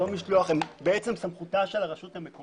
כל זה הוא בסמכותה של הרשות המקומית.